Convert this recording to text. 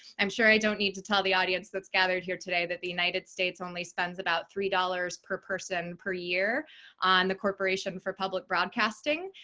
i'm sure i don't need to tell the audience that's gathered here today that the united states only spends about three dollars per person per year on the corporation for public broadcasting.